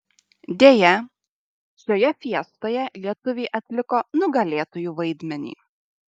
deja šioje fiestoje lietuviai atliko nugalėtųjų vaidmenį